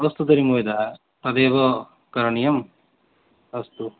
अस्तु तर्हि महोदये तदेव करणीयम् अस्तु